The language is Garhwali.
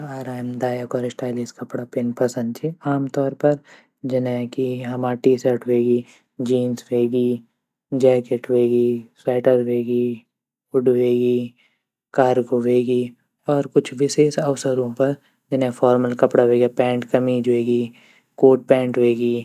आरामदायक और स्टाइलिश कपड़ा पैन पसंद ची आमतौर पर जने की हमा टीशर्ट वेगी जीन्स वेगी जैकेट वेगी स्वेटर वेगी हुड वेगी कार्गो वेगी और कुछ विशेष अवसरूँ पर जने फॉर्मल कपड़ा वेज्ञा पेंट क़मीज़ वेगी कोट पेंट वेगी।